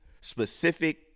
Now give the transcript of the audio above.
specific